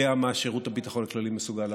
יודע מה שירות הביטחון הכללי מסוגל לעשות.